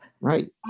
Right